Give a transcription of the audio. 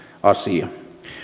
asia